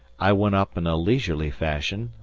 i went up in a leisurely fashion,